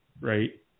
Right